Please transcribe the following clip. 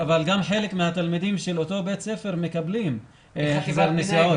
אבל חלק מהתלמידים של אותו בית ספר מקבלים החזר נסיעות,